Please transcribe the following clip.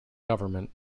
government